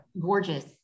gorgeous